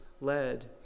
led